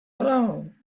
alone